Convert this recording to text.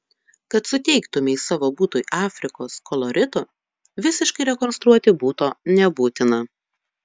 kad suteiktumei savo butui afrikos kolorito visiškai rekonstruoti buto nebūtina